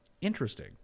Interesting